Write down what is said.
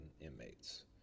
inmates